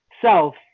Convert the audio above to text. self